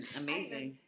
amazing